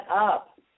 up